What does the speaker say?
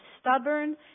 stubborn